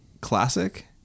classic